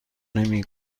نمی